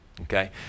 Okay